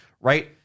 right